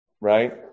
right